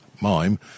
mime